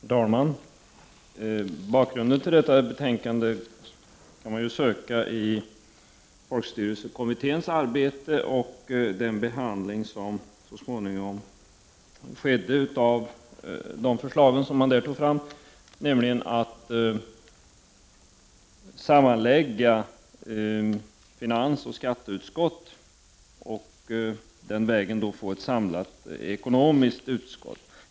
Herr talman! Bakgrunden till detta betänkande får man söka i folkstyrelsekommitténs arbete och den behandling som så småningom skedde av de förslag man där tog fram. Förslagen innebar att man sammanlade finansoch skatteutskott och på det sättet fick ett samlat ekonomiskt utskott.